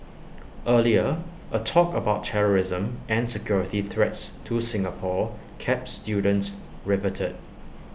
earlier A talk about terrorism and security threats to Singapore kept students riveted